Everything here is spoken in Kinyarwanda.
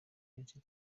henshi